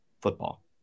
football